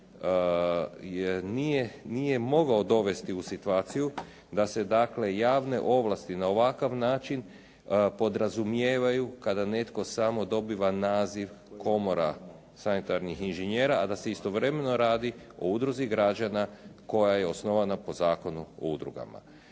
nije mogao dovesti u situaciju da se javne ovlasti na ovakav način podrazumijevaju kada netko samo dobiva naziv Komora sanitarnih inženjera, a da se istovremeno radi o udruzi građana koja je osnovana po Zakonu o udrugama.